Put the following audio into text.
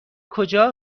کجا